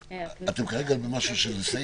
אתם כרגע במשהו שאפשר לסיים?